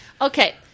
Okay